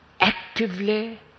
actively